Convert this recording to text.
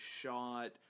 shot